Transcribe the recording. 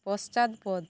পশ্চাৎপদ